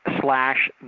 slash